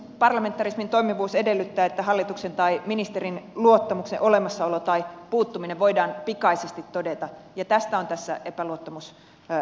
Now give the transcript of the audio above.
parlamentarismin toimivuus edellyttää että hallituksen tai ministerin luottamuksen olemassaolo tai puuttuminen voidaan pikaisesti todeta ja tästä on tässä epäluottamusesityksessä kysymys